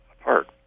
apart